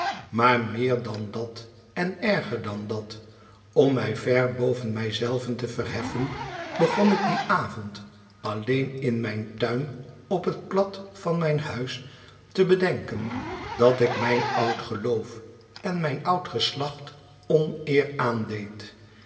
maar meer dan dat en erger dan dat om mij ver boven mij zelven te verheffen begon ik dien avond alleen m mijn tuin op het plat van mijn huis te bedenken dat ik mijn oud geloof en mijn oud geslacht oneer